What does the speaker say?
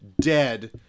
dead